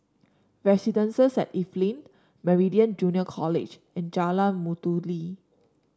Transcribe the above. Residences at Evelyn Meridian Junior College and Jalan Mastuli